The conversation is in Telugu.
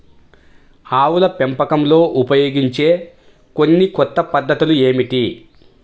ఆవుల పెంపకంలో ఉపయోగించే కొన్ని కొత్త పద్ధతులు ఏమిటీ?